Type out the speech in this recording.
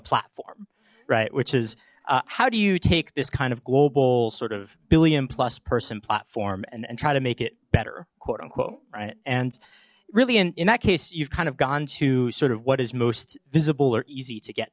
platform right which is how do you take this kind of global sort of billion plus person platform and try to make it better quote unquote right and really in that case you've kind of gone to sort of what is most visible or easy to get